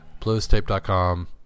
bluestape.com